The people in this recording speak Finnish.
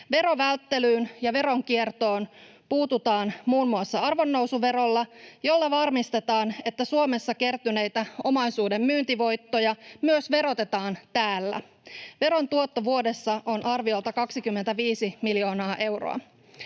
Verovälttelyyn ja veronkiertoon puututaan muun muassa arvonnousuverolla, jolla varmistetaan, että Suomessa kertyneitä omaisuuden myyntivoittoja myös verotetaan täällä. Veron tuotto vuodessa on arviolta 25 miljoonaa euroa.